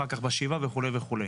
אחר כך בשבעה וכו'.